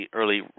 early